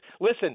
Listen